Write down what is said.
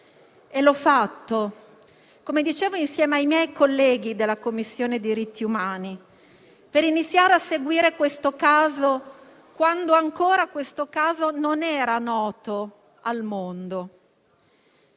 e l'ho fatto - come dicevo - insieme ai miei colleghi della Commissione diritti umani per iniziare a seguire questo caso, quando ancora non era noto al mondo.